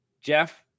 Jeff